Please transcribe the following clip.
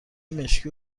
مشکی